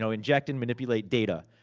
know, inject and manipulate data.